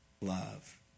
love